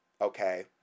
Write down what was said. okay